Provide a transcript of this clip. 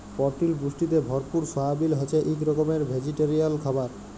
পরটিল পুষ্টিতে ভরপুর সয়াবিল হছে ইক রকমের ভেজিটেরিয়াল খাবার